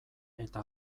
eta